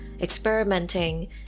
experimenting